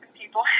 people